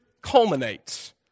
culminates